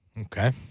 Okay